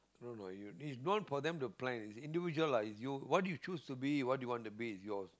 no lah you it's good for them to play it's individual lah it's you what's you choose to be what you want to be is yours